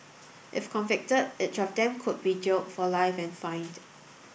if convicted each of them could be jailed for life and fined